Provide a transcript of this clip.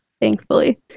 Thankfully